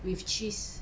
with cheese